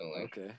okay